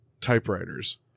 typewriters